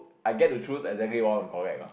I get to choose exactly what I want to collect ah